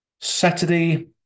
Saturday